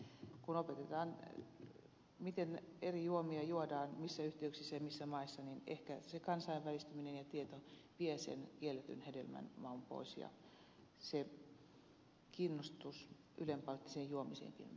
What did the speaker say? kun opetetaan miten eri juomia juodaan missä yhteyksissä ja missä maissa niin ehkä se kansainvälistyminen ja tieto vie kielletyn hedelmän maun pois ja kiinnostus ylenpalttiseen juomiseenkin vähenee